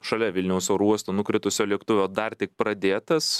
šalia vilniaus oro uosto nukritusio lėktuvo dar tik pradėtas